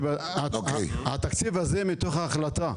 שהתקציב הזה מתוך החלטה.